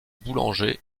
boulanger